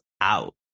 out